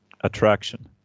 attraction